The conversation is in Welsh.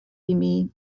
imi